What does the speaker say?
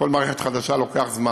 כל מערכת חדשה, לוקח זמן.